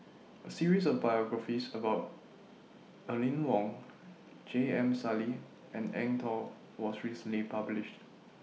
A series of biographies about Aline Wong J M Sali and Eng Tow was recently published